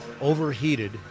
overheated